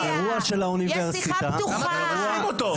אירוע של האוניברסיטה --- למה אתה לא משלים אותו?